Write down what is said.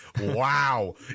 Wow